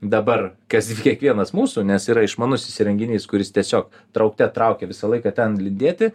dabar kas kiekvienas mūsų nes yra išmanus įrenginys kuris tiesiog traukte traukia visą laiką ten lindėti